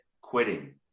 quitting